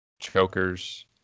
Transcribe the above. Chokers